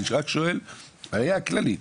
אני רק שואל בראיה כללית.